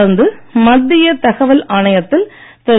தொடர்ந்து மத்திய தகவல் ஆணையத்தில் திரு